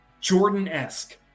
Jordan-esque